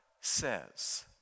says